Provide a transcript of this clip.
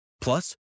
Plus